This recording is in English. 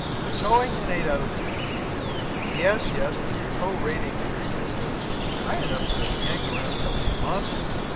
for towing an eight out of ten yes. yes. the tow rating is is is high enough to yank around something monstrous?